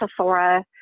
Sephora